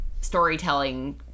storytelling